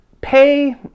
pay